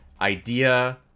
idea